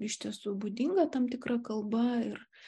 iš tiesų būdinga tam tikra kalba ir